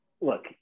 look